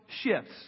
shifts